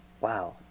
Wow